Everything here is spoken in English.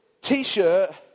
t-shirt